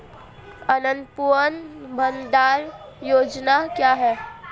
अन्नपूर्णा भंडार योजना क्या है?